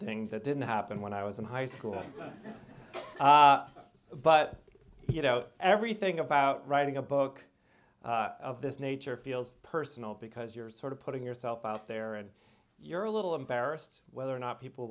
thing that didn't happen when i was in high school but you know everything about writing a book of this nature feels personal because you're sort of putting yourself out there and you're a little embarrassed whether or not people